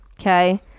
okay